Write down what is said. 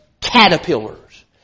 caterpillars